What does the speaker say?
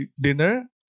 dinner